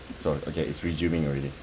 so okay it's resuming already